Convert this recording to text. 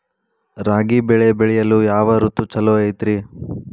ರಾಗಿ ಬೆಳೆ ಬೆಳೆಯಲು ಯಾವ ಋತು ಛಲೋ ಐತ್ರಿ?